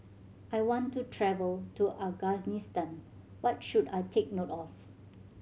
I want to travel to Afghanistan what should I take note of